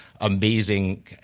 amazing